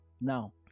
Now